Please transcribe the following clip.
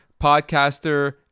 podcaster